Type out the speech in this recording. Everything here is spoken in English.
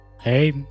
Hey